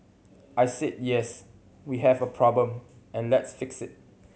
I said yes we have a problem and let's fix it